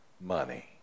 money